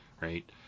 right